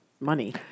money